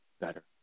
better